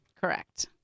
Correct